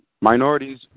minorities